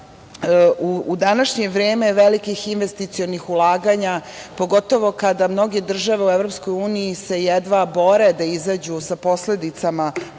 u današnje vreme velikih investicionih ulaganja, pogotovo kada mnoge države u EU se jedva bore da izađu sa posledicama